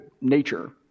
nature